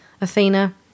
Athena